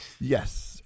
Yes